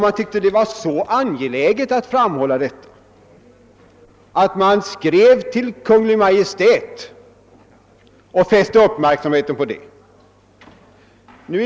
Man tyckte att det var så angeläget att framhålla detta, att man skrev till Kungl. Maj:t och fäste uppmärksamheten på saken.